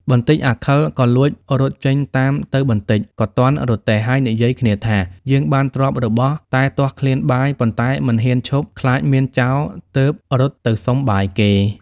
បន្តិចអាខិលក៏លួចរត់ចេញតាមទៅបន្ដិចក៏ទាន់រទេះហើយនិយាយគ្នាថាយើងបានទ្រព្យរបស់តែទាស់ឃ្លានបាយប៉ុន្តែមិនហ៊ានឈប់ខ្លាចមានចោរទើបរត់ទៅសុំបាយគេ។